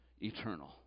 Eternal